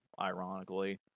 ironically